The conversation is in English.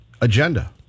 agenda